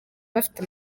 bafite